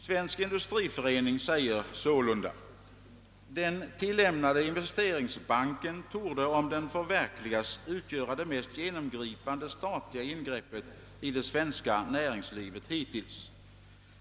Svensk industriförening säger sålunda: »Den tillämnade investeringsbanken torde om den förverkligas utgöra det mest genomgripande statliga ingreppet i det svenska näringslivet hittills.